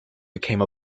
became